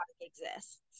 exists